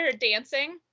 dancing